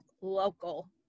local